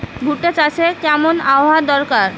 ভুট্টা চাষে কেমন আবহাওয়া দরকার?